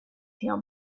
feel